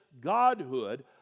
godhood